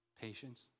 Patience